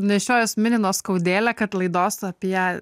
nešiojuosi mini nuoskaudėlę kad laidos apie